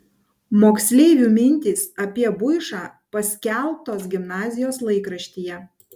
moksleivių mintys apie buišą paskelbtos gimnazijos laikraštyje